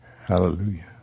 Hallelujah